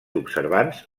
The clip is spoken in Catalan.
observants